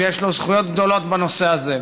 שיש לו זכויות גדולות בנושא הזה,